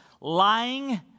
lying